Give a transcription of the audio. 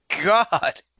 god